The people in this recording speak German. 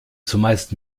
zumeist